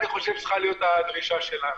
זו צריכה לדעתי להיות הדרישה שלנו.